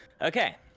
Okay